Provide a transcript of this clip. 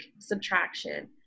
subtraction